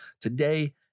Today